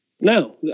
No